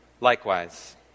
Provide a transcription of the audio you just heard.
likewise